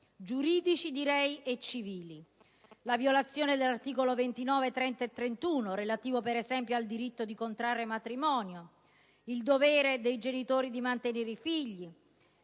giuridici e civili: la violazione degli articoli 29, 30 e 31 della Costituzione, relativi ad esempio al diritto di contrarre matrimonio, al dovere dei genitori di mantenere i figli